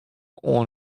oan